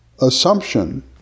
Assumption